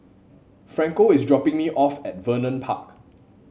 Franco is dropping me off at Vernon Park